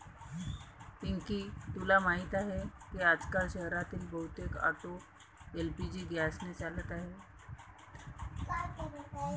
पिंकी तुला माहीत आहे की आजकाल शहरातील बहुतेक ऑटो एल.पी.जी गॅसने चालत आहेत